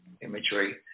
imagery